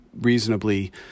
reasonably